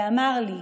ואמר לי: